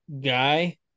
guy